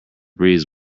breeze